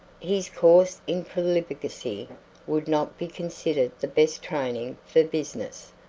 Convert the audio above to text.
his course in profligacy would not be considered the best training for business.